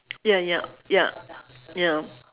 ya ya ya ya